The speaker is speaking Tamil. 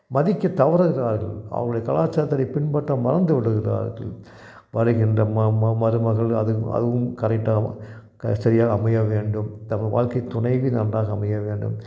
மதிக்க தவறுகிறார்கள் அவர்களுடைய கலாச்சாரத்த பின்பற்ற மறந்துவிடுகிறார்கள் வருகின்ற ம ம மருமகள் அதுவும் அதுவும் கரெக்டாக க சரியாக அமைய வேண்டும் நம்ம வாழ்க்கை துணைவி நன்றாக அமைய வேண்டும்